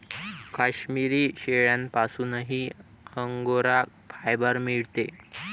काश्मिरी शेळ्यांपासूनही angora fibre मिळते